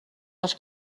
les